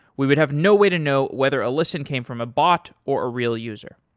we would have no way to know whether a listen came from a bot or a real user.